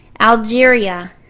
Algeria